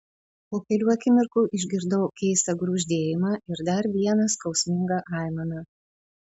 po kelių akimirkų išgirdau keistą gurgždėjimą ir dar vieną skausmingą aimaną